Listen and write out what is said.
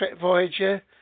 Voyager